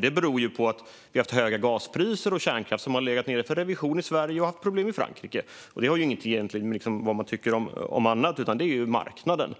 Det beror ju på att vi har haft höga gaspriser och kärnkraft som har legat nere för revision i Sverige och att man har haft problem i Frankrike. Det har egentligen inget att göra med vad man tycker om annat. Det handlar om marknaden.